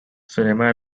cinema